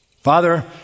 father